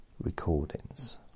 Recordings